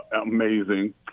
amazing